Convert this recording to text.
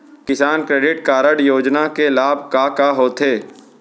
किसान credit card योजना के लाभ का का होथे?